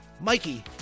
Mikey